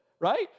right